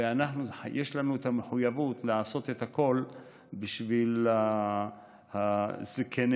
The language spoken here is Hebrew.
ויש לנו מחויבות לעשות את הכול בשביל זקנינו.